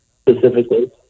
Specifically